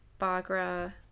Bagra